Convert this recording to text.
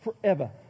forever